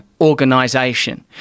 organization